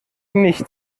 nicht